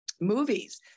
movies